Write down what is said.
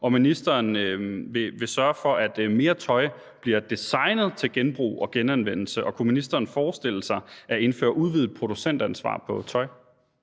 om ministeren vil sørge for, at mere tøj bliver designet til genbrug og genanvendelse. Og kunne ministeren forestille sig at indføre et udvidet producentansvar på tøj?